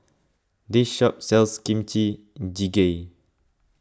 this shop sells Kimchi Jjigae